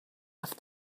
have